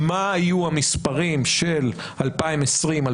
מה היו המספרים של 2020-2021,